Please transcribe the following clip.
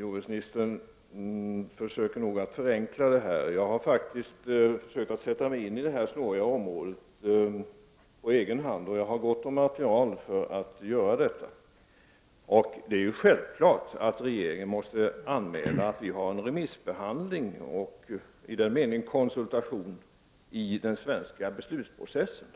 Herr talman! Jordbruksministern vill förenkla denna fråga. Jag har faktiskt försökt sätta mig in i detta snåriga område på egen hand, och jag har gott om material för att kunna göra detta. Självfallet måste regeringen anmäla att vi har en remissbehandling, och i den meningen en konsultation, i den svenska beslutsprocessen.